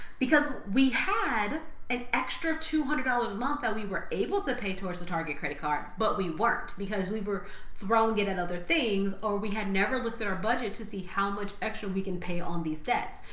because we had an extra two hundred dollars ah a month that we were able to pay towards the target credit card, but we weren't because we were throwing it at other things, or we had never looked at our budget to see how much extra we can pay on these debts.